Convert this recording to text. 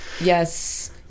Yes